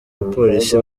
abapolisi